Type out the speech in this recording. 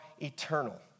eternal